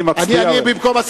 אני מצדיע לו,